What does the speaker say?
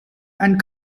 and